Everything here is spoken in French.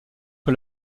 que